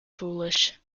foolish